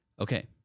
Okay